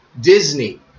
disney